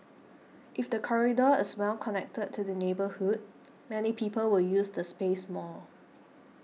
if the corridor is well connected to the neighbourhood many people will use the space more